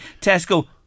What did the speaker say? Tesco